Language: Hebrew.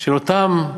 של אותם אריסטוקרטים,